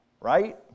right